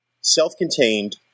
Self-contained